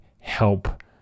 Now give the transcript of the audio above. help